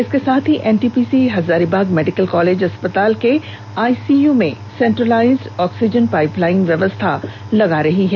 इसके साथ ही एनटीपीसी हजारीबाग मेडिकल कॉलेज अस्पताल के आईसीयू में सेंट्रलाइज्ड ऑक्सीजन पाइप लाइन व्यवस्था लगवा रही है